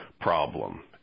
problem